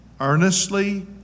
earnestly